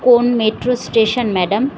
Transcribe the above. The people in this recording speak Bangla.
কোন মেট্রো স্টেশান ম্যাডাম